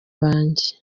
banjye